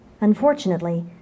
Unfortunately